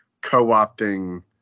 co-opting